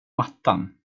mattan